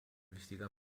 wichtiger